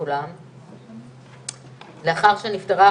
על התקציבים,